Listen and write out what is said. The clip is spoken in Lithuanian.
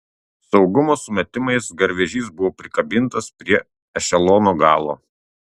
saugumo sumetimais garvežys buvo prikabintas prie ešelono galo